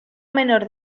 menor